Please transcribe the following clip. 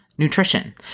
Nutrition